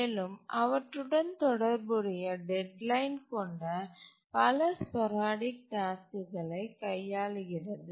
மேலும் அவற்றுடன் தொடர்புடைய டெட்லைன் கொண்ட பல ஸ்போரடிக் டாஸ்க்குகளை கையாளுகிறது